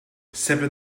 sever